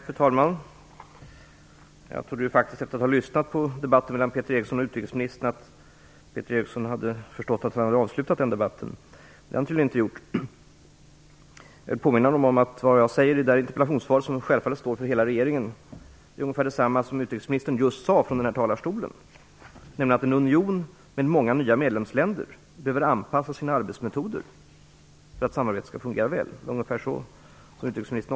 Fru talman! Efter att ha lyssnat på debatten mellan Peter Eriksson och utrikesministern trodde jag faktiskt att Peter Eriksson hade förstått att den debatten var avslutad. Det har han tydligen inte. Jag vill påminna om att det jag säger i interpellationssvaret, som självfallet står för hela regeringen, är ungefär detsamma som utrikesministern nyss sade i denna talarstol, nämligen att en union med många nya medlemsländer behöver anpassa sina arbetsmetoder för att samarbetet skall fungera väl. Ungefär så uttryckte sig också utrikesministern.